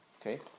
Okay